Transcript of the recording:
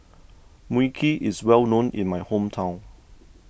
Mui Kee is well known in my hometown